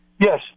Yes